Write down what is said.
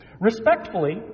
respectfully